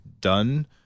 done